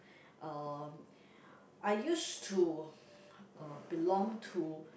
uh I used to uh belong to